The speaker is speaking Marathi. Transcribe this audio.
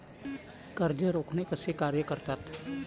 कर्ज रोखे कसे कार्य करतात?